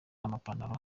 amapantaro